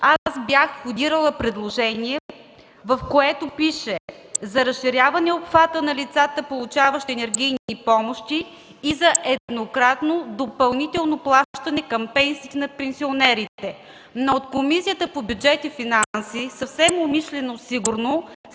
аз бях входирала предложение, в което пише: „За разширяване обхвата на лицата, получаващи енергийни помощи и за еднократно допълнително плащане към пенсиите на пенсионерите”. Но от Комисията по бюджет и финанси, съвсем умишлено сигурно,